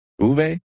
Uve